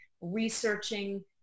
researching